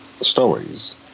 stories